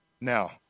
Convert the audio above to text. Now